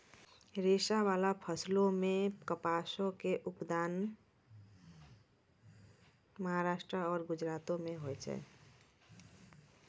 रेशाबाला फसलो मे कपासो के उत्पादन महाराष्ट्र आरु गुजरातो मे होय छै